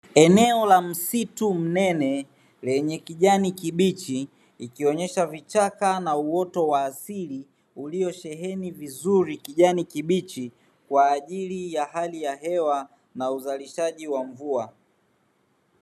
Eneo la msitu mnene lenye kijani kibichi, ikionyesha vichaka na uoto wa asili uliosheheni vizuri kijani kibichi kwa ajili ya hali ya hewa na uzalishaji wa mvua.